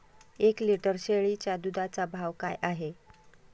एक लिटर शेळीच्या दुधाचा भाव काय आहे?